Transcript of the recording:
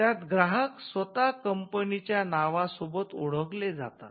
ज्यात ग्राहक स्वतः कंपनीच्या नावा सोबत ओळखले जातात